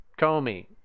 Comey